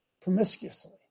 promiscuously